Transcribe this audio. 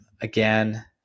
Again